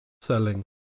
selling